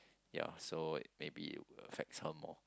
ya so maybe it will affects her more